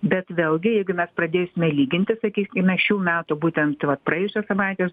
bet vėlgi jeigu mes pradėsime lyginti sakykime šių metų būtent vat praėjusios savaitės